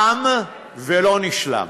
תם ולא נשלם.